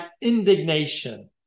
indignation